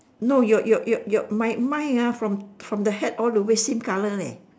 no your your your your my mine ah from from the hat all the way same colour leh